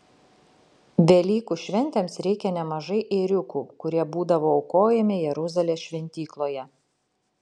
velykų šventėms reikia nemažai ėriukų kurie būdavo aukojami jeruzalės šventykloje